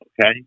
okay